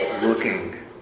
looking